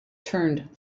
turned